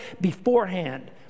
beforehand